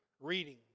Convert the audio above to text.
reading